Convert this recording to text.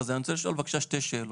יש לי שתי שאלות: